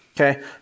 okay